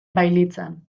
bailitzan